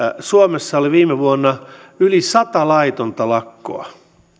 suomessa oli viime vuonna yli sata laitonta lakkoa